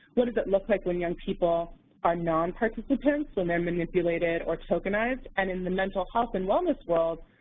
what does it look like when young people are non-participants, when they're manipulated or tokenized? and in the mental health and wellness world,